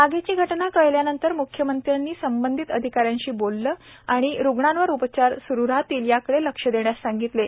आगीची घटना कळल्यानंतर म्ख्यमंत्री संबंधित अधिकाऱ्यांशी बोलले असून इतर रुग्णांवरील उपचार स्रू राहतील याकडे लक्ष देण्यास सांगितलं आहे